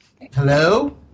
Hello